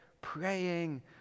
praying